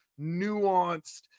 nuanced